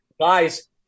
guys